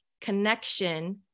connection